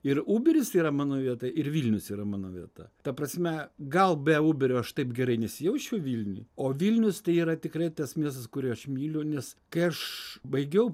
ir uberis tai yra mano vieta ir vilnius yra mano vieta ta prasme gal be uberio aš taip gerai nesijausčiau vilniuj o vilnius tai yra tikrai tas miestas kurį aš myliu nes kai aš baigiau